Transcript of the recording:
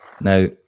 now